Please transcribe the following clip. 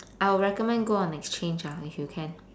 I would recommend go on an exchange ah if you can